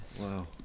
Wow